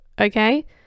Okay